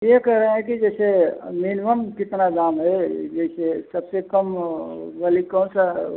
ये कह रहे हैं कि जैसे मिनिमम कितना दाम है जैसे सबसे कम वाली कौन सा